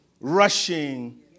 rushing